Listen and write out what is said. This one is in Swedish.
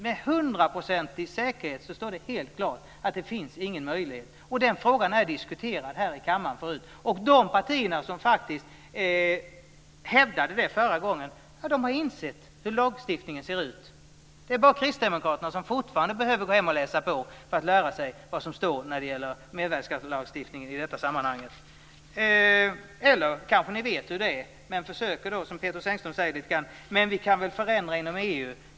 Med hundraprocentig säkerhet står det helt klart att det inte finns någon möjlighet. Den frågan är diskuterad här i kammaren förut. De partier som faktiskt hävdade det förra gången har insett hur lagstiftningen ser ut. Det är bara kristdemokraterna som fortfarande behöver gå hem och läsa på för att lära sig vad som står om mervärdesskattelagstiftningen i det här sammanhanget. Eller så vet ni kanske hur det är, men försöker säga som Pethrus Engström: Vi kan väl förändra inom EU!